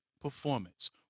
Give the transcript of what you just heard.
performance